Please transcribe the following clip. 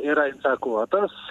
yra infekuotas